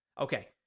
Okay